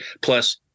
Plus